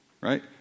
right